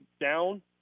down